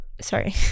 sorry